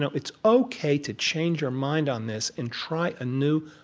it's ok to change your mind on this and try a new